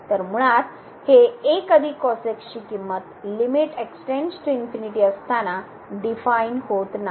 तर मुळात हे असताना डीफाइन होत नाही